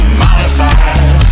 modified